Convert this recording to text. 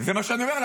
זה מה שאני אומר.